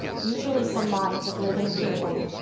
usually from minds of living people,